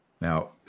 Now